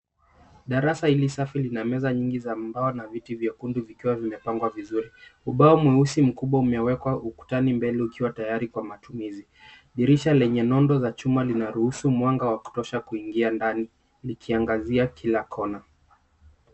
Darasa hili safi lina meza nyingi za mbao na viti vyekundu vikiwa vimepangwa vizuri. Ubao mweusi mkubwa umewekwa ukutani mbele ukiwa tayari kwa matumizi. Dirisha lenye nondo za chuma lina ruhusu mwanga wa kutosha kuingia ndani likiangazia kila kona.